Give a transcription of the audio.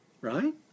Right